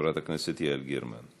ולחברת הכנסת יעל גרמן.